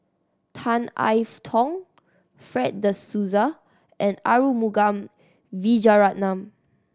Tan I Tong Fred De Souza and Arumugam Vijiaratnam